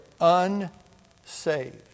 unsaved